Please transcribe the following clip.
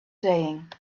saying